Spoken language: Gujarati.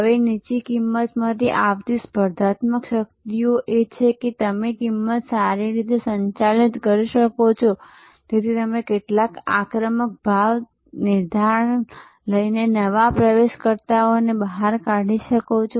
હવે નીચી કિંમતમાંથી આવતી સ્પર્ધાત્મક શક્તિઓ એ છે કે તમે કિમત સારી રીતે સંચાલિત કરી શકો છો તેથી તમે કેટલાક આક્રમક ભાવ નિર્ધારણ લઈને નવા પ્રવેશકર્તાઓને બહાર કાઢી શકો છો